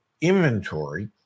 inventory